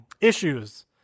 issues